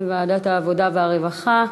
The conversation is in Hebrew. לוועדת העבודה והרווחה.